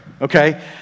okay